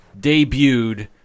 debuted